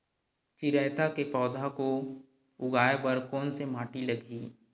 चिरैता के पौधा को उगाए बर कोन से माटी लगही?